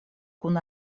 kun